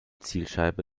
zielscheibe